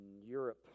Europe